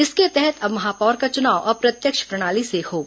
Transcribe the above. इसके तहत अब महापौर का चुनाव अप्रत्यक्ष प्रणाली से होगा